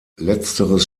letzteres